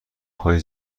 های